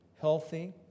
healthy